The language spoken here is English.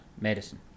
medicine